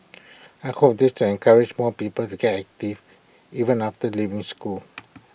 I hope this will encourage more people to get active even after leaving school